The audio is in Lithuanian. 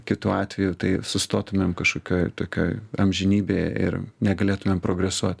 kitu atveju tai sustotumėm kažkokioj tokioj amžinybėje ir negalėtumėm progresuot